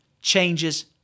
changes